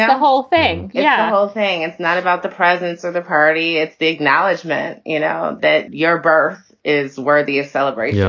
ah the whole thing. yeah, the whole thing. it's not about the presence of the party. it's the acknowledgement, you know, that yarber is worthy of celebrate, yeah